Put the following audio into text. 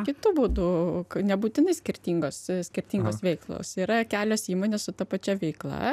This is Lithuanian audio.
kitu būdu nebūtinai skirtingos skirtingos veiklos yra kelios įmonės su ta pačia veikla